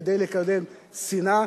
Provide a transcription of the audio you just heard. כדי לקדם שנאה,